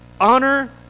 Honor